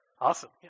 Awesome